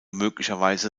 möglicherweise